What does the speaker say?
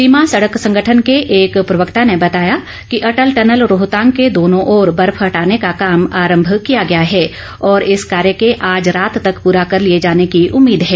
सीमा सड़क संगठन के एक प्रवक्ता ने बताया कि अटल टनल रोहतांग के दोनों ओर बर्फ हटाने का काम आरंभ किया गया है और इस कार्य के आज रात तक प्रा कर लिए जाने की उम्मीद है